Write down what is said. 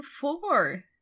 four